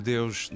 Deus